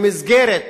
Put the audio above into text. במסגרת